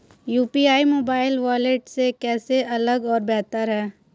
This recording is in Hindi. यू.पी.आई मोबाइल वॉलेट से कैसे अलग और बेहतर है?